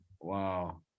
wow